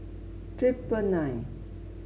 triple nine